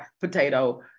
potato